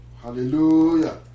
Hallelujah